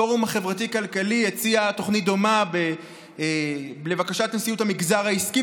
הפורום החברתי-כלכלי הציע תוכנית דומה לבקשת נשיאות המגזר העסקי,